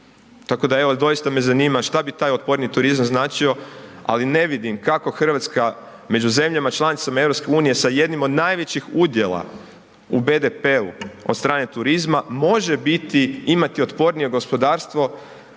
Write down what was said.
Tako da evo doista me zanima šta bi taj otporniji turizam značio ali ne vidim kako Hrvatska među zemljama članicama EU-a sa jednim od najvećih udjela u BDP-u od strane turizma može imati otpornije gospodarstvo